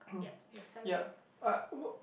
ya uh w~